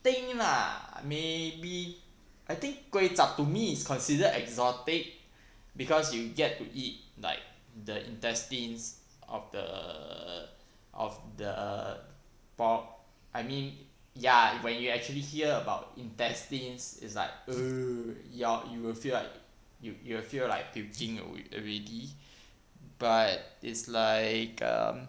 think lah maybe I think kueh-chup to me is considered exotic because you get to eat like the intestines of the of the pork I mean ya when you actually hear about intestines is like !eeyer! you're you will feel like you you will feel like puking alr~ already but it's like um